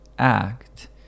Act